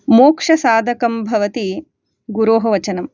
मोक्षसाधकं भवति गुरोः वचनं